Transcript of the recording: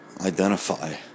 identify